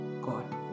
God